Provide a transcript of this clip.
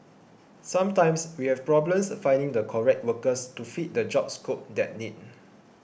sometimes we have problems finding the correct workers to fit the job scope that need